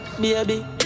baby